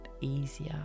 easier